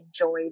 enjoyed